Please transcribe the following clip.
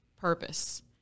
purpose